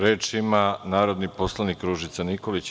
Reč ima narodni poslanik Ružica Nikolić.